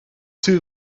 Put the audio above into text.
two